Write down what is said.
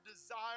desire